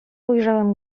ujrzałem